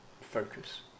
focus